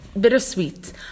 bittersweet